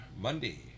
monday